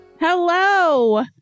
Hello